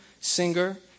singer